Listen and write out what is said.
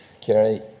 Kerry